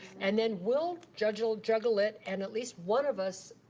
and then we'll juggle juggle it and at least one of us,